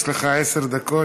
יש לך עשר דקות.